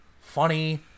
funny